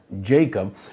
Jacob